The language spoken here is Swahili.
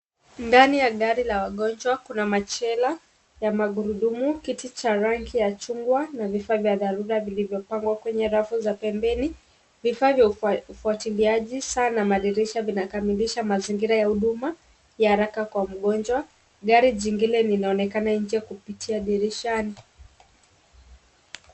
Ndani ya gari la wagonjwa , kuna machela, ya magurudumu , kiti cha rangi ya chungwa na vifaa vya dharura vilivyo pangwa kwenye rafuu za pembeni , vifaa vya ufuatiliaji, saa na madirisha vinakamilisha mazingira ya huduma ya haraka kwa mgonjwa, gari jingine linaonekana nje kupitia dirishani.